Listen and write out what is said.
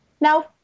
now